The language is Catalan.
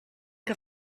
que